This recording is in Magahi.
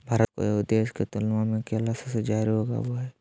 भारत कोय आउ देश के तुलनबा में केला सबसे जाड़े उगाबो हइ